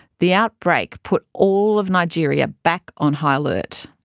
the outbreak put all of nigeria back on high alert.